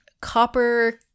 Copper